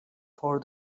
for